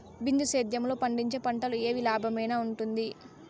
బిందు సేద్యము లో పండించే పంటలు ఏవి లాభమేనా వుంటుంది?